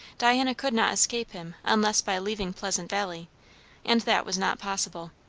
diana could not escape him unless by leaving pleasant valley and that was not possible.